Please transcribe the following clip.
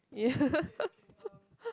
yeah